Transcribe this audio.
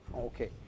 Okay